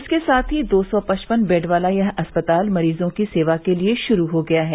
इसके साथ ही दो सौ पचपन बेड वाला यह अस्पताल मरीजों की सेवा के लिये शुरू हो गया है